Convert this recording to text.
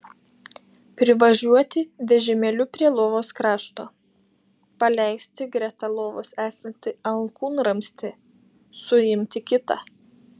privažiuoti vežimėliu prie lovos krašto paleisti greta lovos esantį alkūnramstį suimti kitą